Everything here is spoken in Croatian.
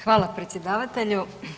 Hvala predsjedatelju.